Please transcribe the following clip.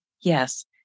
yes